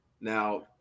now